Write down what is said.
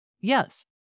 Yes